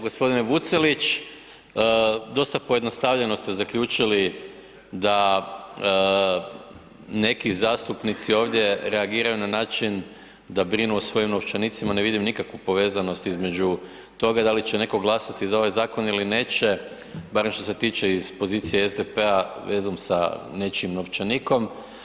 Gospodine Vucelić, dosta pojednostavljeno ste zaključili da neki zastupnici ovdje reagiraju na način da brinu o svojim novčanicima, ne vidim nikakvu povezanost između toga da li će neko glasati za ovaj zakon ili neće, barem što se tiče iz pozicije SDP-a vezom sa nečijim novčanikom.